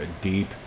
deep